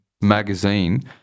magazine